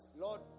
Lord